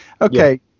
okay